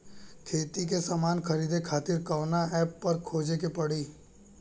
खेती के समान खरीदे खातिर कवना ऐपपर खोजे के पड़ी?